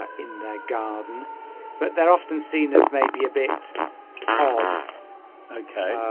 ah in their garden but they're often seen as maybe a bit odd okay